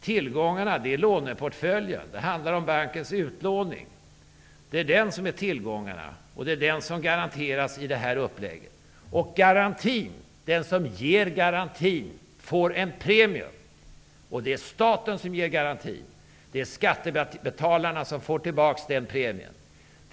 Tillgångarna är låneportföljen. Det handlar om bankens utlåning. Det är den som utgör tillgångarna, och det är den som garanteras i detta upplägg. Den som ger garantin får en premie, och det är staten som ger garantin. Det är skattebetalarna som får tillbaka den premien.